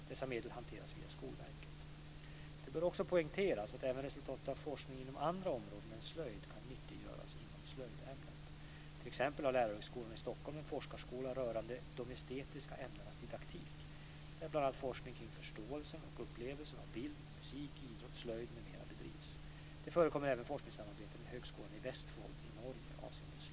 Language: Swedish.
Dessa medel hanteras via Det bör också poängteras att även resultat av forskning inom andra områden än slöjd kan nyttiggöras inom slöjdämnet. T.ex. har Lärarhögskolan i Stockholm en forskarskola rörande de estetiska ämnenas didaktik där bl.a. forskning kring förståelsen och upplevelsen av bild, musik, idrott, slöjd m.m. bedrivs. Det förekommer även forskningssamarbete med Högskolan i Westfold i Norge avseende slöjd.